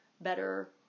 better